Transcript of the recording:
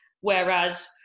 Whereas